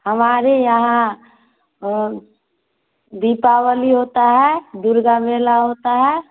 हमारे यहाँ दीपावली होता है दुर्गा मेला होता है